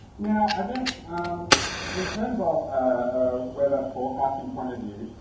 now i guess in terms of a weather forecasting point of view,